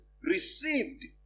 received